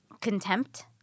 Contempt